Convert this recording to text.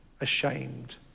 ashamed